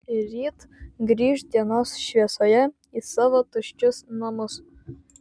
ryt grįš dienos šviesoje į savo tuščius namus